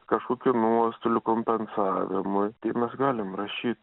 kažkokių nuostolių kompensavimui tai mes galim rašyt